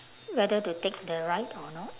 whether to take the ride or not